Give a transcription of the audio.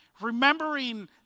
remembering